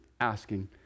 asking